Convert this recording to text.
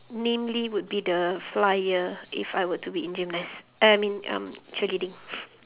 namely would be the flyer if I were to be in gymnas~ uh I mean um cheerleading